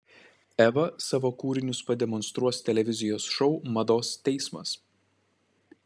eva savo kūrinius pademonstruos televizijos šou mados teismas